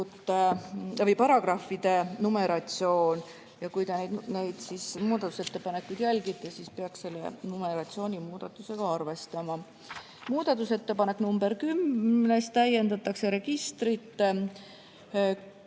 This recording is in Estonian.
Kui te neid muudatusettepanekuid jälgite, siis peaks selle numeratsioonimuudatusega arvestama. Muudatusettepanekuga nr 10 täiendatakse registrist